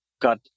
got